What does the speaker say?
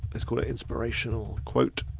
let's call it inspirational quote